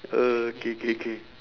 oh K K K